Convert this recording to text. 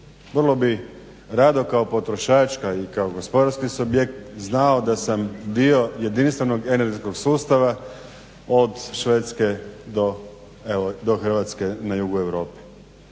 Vrlo bih rado kao potrošač i kao gospodarski subjekt znao da sam dio jedinstvenog energetskog sustava od Švedske do Hrvatske na jugu Europe.